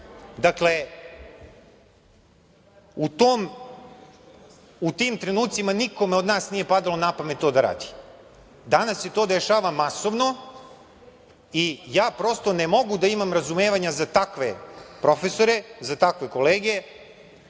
dakle, u tim trenucima nikome od nas nije padalo napamet to da radi. Danas se to dešava masovno i ja prosto ne mogu da imam razumevanja za takve profesore, za takve kolege